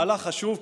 זה מהלך חשוב,